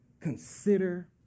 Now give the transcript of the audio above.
Consider